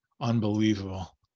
Unbelievable